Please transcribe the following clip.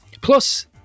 Plus